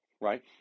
right